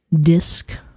disc